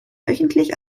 wöchentlich